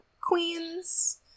queens